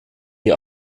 die